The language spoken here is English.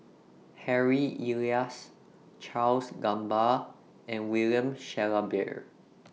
Harry Elias Charles Gamba and William Shellabear